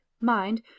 mind